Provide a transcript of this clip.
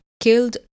killed